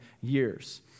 years